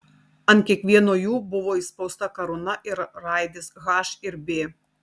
ant kiekvieno jų buvo įspausta karūna ir raidės h ir b